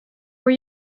were